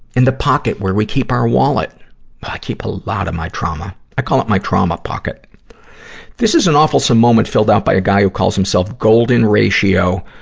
in the pocket where we keep our wallet. i keep a lot of my trauma. i call it my trauma pocket this is an awfulsome moment filled out by a guy who calls himself golden ratio